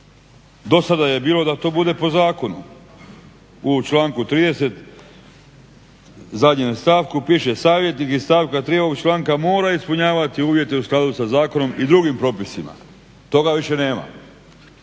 Do sada je bilo da to bude po zakonu u članku 30., zadnjem stavku piše "savjetnik iz stavka 3.ovog članka mora ispunjavati uvjete u skladu sa zakonom i drugim propisima". Toga više nema,